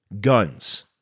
guns